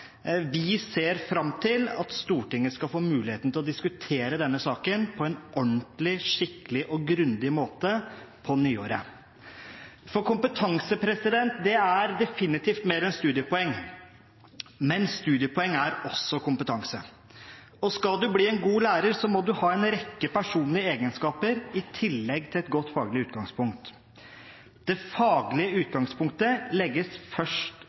Vi ser fram til at Stortinget skal få muligheten til å diskutere denne saken på en ordentlig, skikkelig og grundig måte på nyåret. For kompetanse er definitivt mer enn studiepoeng, men studiepoeng er også kompetanse. Og skal du bli en god lærer, må du ha en rekke personlige egenskaper i tillegg til et godt faglig utgangspunkt. Det faglige utgangspunktet legges først